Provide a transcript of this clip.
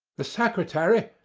the secretary,